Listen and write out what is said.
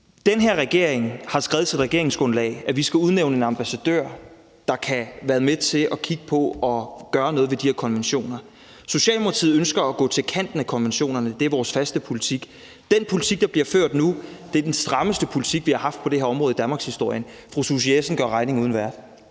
Den her regering har skrevet i sit regeringsgrundlag, at vi skal udnævne en ambassadør, der kan være med til at kigge på at gøre noget ved de her konventioner. Socialdemokratiet ønsker at gå til kanten af konventionerne. Det er vores faste politik. Den politik, der bliver ført nu, er den strammeste politik, vi har haft på det her område i danmarkshistorien. Fru Susie Jessen gør regning uden vært.